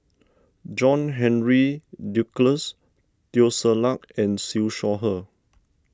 John Henry Duclos Teo Ser Luck and Siew Shaw Her